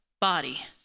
body